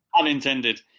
unintended